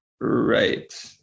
Right